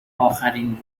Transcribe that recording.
آخرین